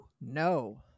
No